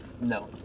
no